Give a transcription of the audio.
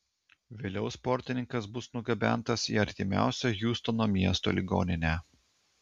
vėliau sportininkas bus nugabentas į artimiausią hjustono miesto ligoninę